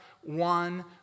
one